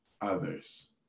others